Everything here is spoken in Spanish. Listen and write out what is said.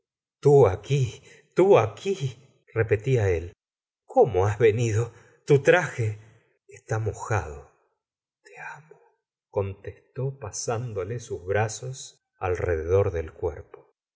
aquí tú aquí repetia él cómo has venido tu traje esta mojado te amo contestó pasándole sus brazos alrededor del cuerpo